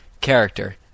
character